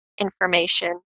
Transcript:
information